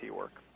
work